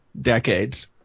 decades